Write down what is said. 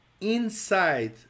inside